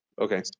okay